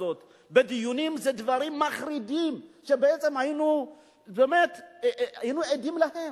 הזאת זה דברים מחרידים שהיינו עדים להם.